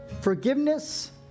forgiveness